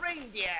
reindeer